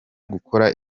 gukora